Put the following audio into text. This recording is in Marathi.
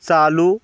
चालू